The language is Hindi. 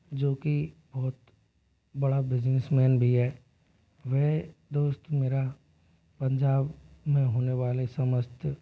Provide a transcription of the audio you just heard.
जो की बहुत बड़ा बिजनेसमैन भी है वह दोस्त मेरा पंजाब में होने वाले समस्ठ